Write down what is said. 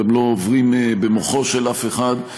גם לא עוברים במוחו של אף אחד.